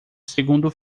segundo